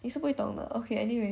你是不会懂得 okay anyway